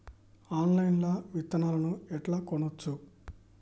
Online లా విత్తనాలను ఎట్లా కొనచ్చు?